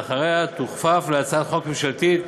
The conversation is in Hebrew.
ואחריה תוכפף להצעת חוק ממשלתית.